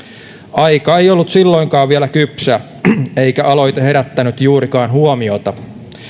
aika ei ollut silloinkaan vielä kypsä eikä aloite herättänyt juurikaan huomiota